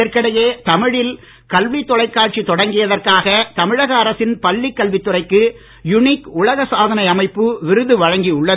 இதற்கிடையே தமிழில் கல்வி தொலைகாட்சி தொடக்கியதற்காக தமிழக அரசின் பள்ளிக் கல்வித் துறைக்கு யுனிக் உலக சாதனை அமைப்பு விருது வழங்கியுள்ளது